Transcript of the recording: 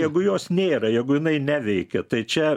jeigu jos nėra jeigu jinai neveikia tai čia